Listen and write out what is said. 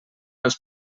els